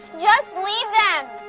just leave them.